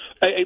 Hey